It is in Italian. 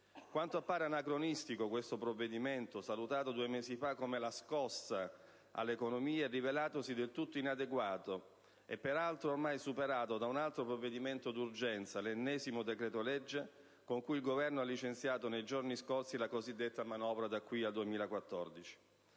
Appare anacronistico questo provvedimento salutato due mesi fa come la "scossa" all'economia e rivelatosi del tutto inadeguato e, peraltro, ormai superato da un altro provvedimento d'urgenza, l'ennesimo decreto-legge con cui il Governo ha licenziato nei giorni scorsi la cosiddetta manovra da qui al 2014.